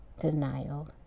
denial